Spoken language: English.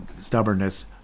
stubbornness